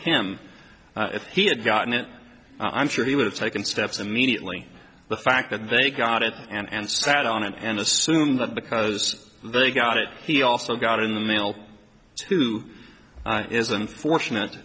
him if he had gotten it i'm sure he would have taken steps in mediately the fact that they got it and sat on it and assumed that because they got it he also got in the mail to is unfortunate